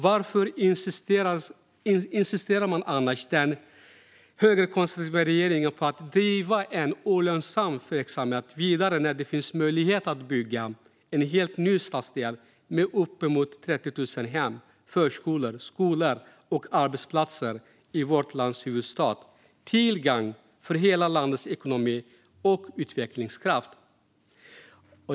Varför insisterar annars den högerkonservativa regeringen på att driva en olönsam verksamhet vidare när det finns möjlighet att bygga en helt ny stadsdel med uppemot 30 000 hem, förskolor, skolor och arbetsplatser i vårt lands huvudstad, något som är till gagn för hela landets ekonomi och utvecklingskraft?